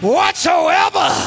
Whatsoever